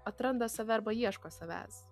atranda save arba ieško savęs